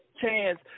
chance